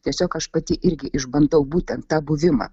tiesiog aš pati irgi išbandau būtent tą buvimą